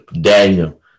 Daniel